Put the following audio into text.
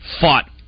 fought